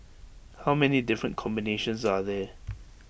how many different combinations are there